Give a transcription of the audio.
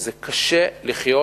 קשה לחיות